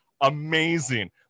amazing